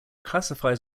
classifies